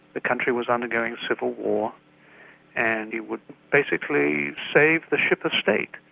the country was undergoing civil war and he would basically save the ship of state,